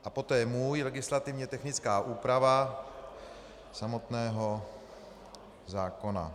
A poté můj, legislativně technická úprava samotného zákona.